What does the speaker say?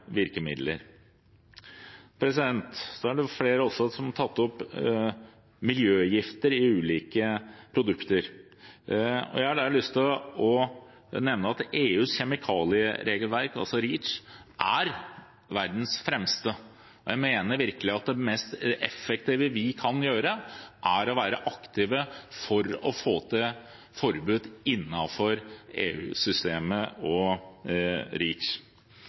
virkemidler. Flere har tatt opp miljøgifter i ulike produkter. Jeg har da lyst til å nevne at EUs kjemikalieregelverk, REACH, er verdens fremste. Og jeg mener virkelig at det mest effektive vi kan gjøre, er å være aktive for å få til forbud innenfor EU-systemet og